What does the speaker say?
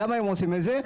למה הם עושים את זה?